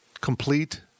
complete